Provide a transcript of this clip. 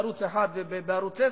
בערוץ-1 ובערוץ-10,